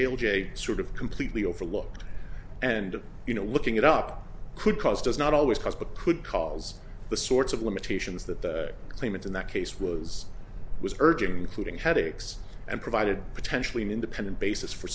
able j sort of completely overlooked and you know looking it up could cause does not always cause but could cause the sorts of limitations that the claimant in that case was urging including headaches and provided potentially an independent basis for